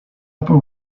upper